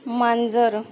मांजर